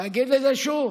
תגיד את זה שוב,